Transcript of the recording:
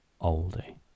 oldie